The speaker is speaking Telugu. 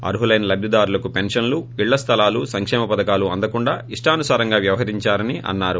అర్హులైన లబ్దిదారులకు పెన్షన్లు ఇళ్ల స్థలాలు సంకేమ పథకాలు అందకుండా ఇష్టానుసారంగా వ్యవహరించారని అన్నారు